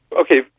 Okay